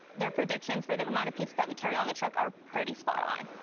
their predictions for the amount of pizzas that we carry on the truck are pretty spot on.